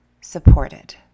supported